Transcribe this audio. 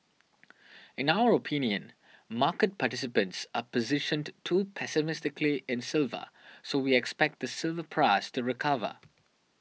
in our opinion market participants are positioned too pessimistically in silver so we expect the silver price to recover